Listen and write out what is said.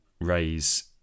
raise